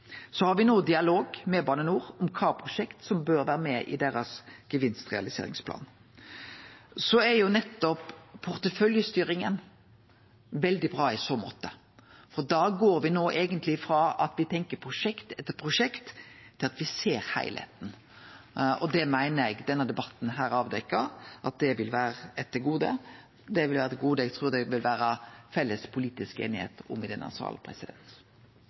Så har me no dialog med Bane NOR om kva prosjekt som bør vere med i deira gevinstrealiseringsplan. Porteføljestyringa er veldig bra i så måte, for da går me eigentleg frå at me tenkjer prosjekt etter prosjekt, til at me ser heilskapen. Eg meiner denne debatten har avdekt at det vil vere eit gode, eit gode som eg trur det vil vere felles politisk einigheit om i denne